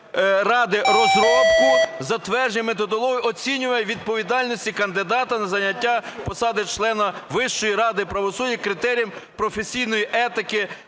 ради розробку, затвердження методології оцінювання відповідальності кандидата на зайняття посади члена Вищої ради правосуддя критерієм професійної етики